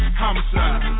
homicide